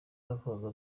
bavugaga